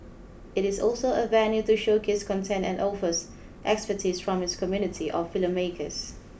it is also a venue to showcase content and offers expertise from its community of filmmakers